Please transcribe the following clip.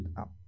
up